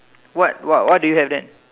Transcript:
what what what do you have then